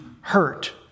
hurt